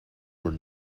were